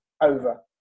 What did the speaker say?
over